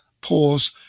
pause